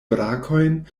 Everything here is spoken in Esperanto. brakojn